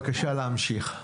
בבקשה, להמשיך.